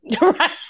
Right